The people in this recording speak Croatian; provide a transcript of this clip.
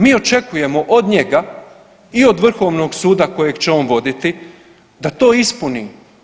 Mi očekujemo od njega i od vrhovnog suda kojeg će on voditi da to ispuni.